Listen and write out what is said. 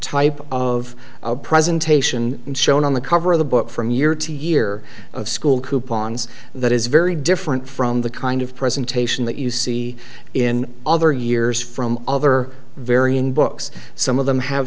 type of presentation shown on the cover of the book from year to year of school coupons that is very different from the kind of presentation that you see in other years from other varying books some of them have